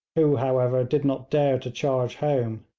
who, however, did not dare to charge home.